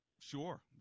Sure